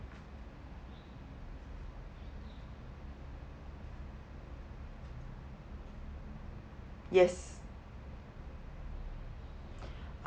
yes